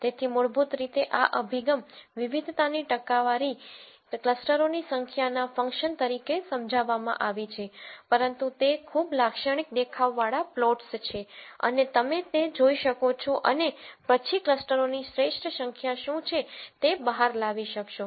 તેથી મૂળભૂત રીતે આ અભિગમ વિવિધતાની ટકાવારી ક્લસ્ટરોની સંખ્યાના ફંક્શન તરીકે સમજાવવામાં આવી છે પરંતુ તે ખૂબ લાક્ષણિક દેખાવવાળા પ્લોટ્સ છે અને તમે તે જોઈ શકો છો અને પછી ક્લસ્ટરોની શ્રેષ્ઠ સંખ્યા શું છે તે બહાર લાવી શકશો